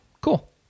cool